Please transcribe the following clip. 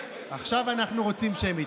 עכשיו אנחנו רוצים שמית.